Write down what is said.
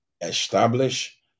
establish